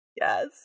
Yes